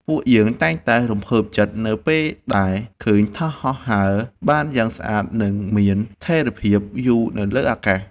ពួកយើងតែងតែរំភើបចិត្តនៅពេលដែលឃើញថាសហោះហើរបានយ៉ាងស្អាត និងមានស្ថិរភាពយូរនៅលើអាកាស។